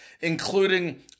including